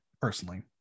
personally